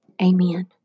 Amen